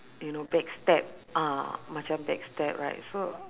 you know backstab ah macam backstab right so